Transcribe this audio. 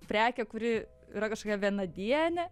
prekę kuri yra kažkokia vienadienė